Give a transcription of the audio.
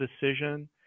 decision